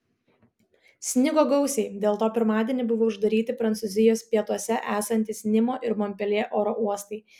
snigo gausiai dėl to pirmadienį buvo uždaryti prancūzijos pietuose esantys nimo ir monpeljė oro uostai